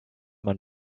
man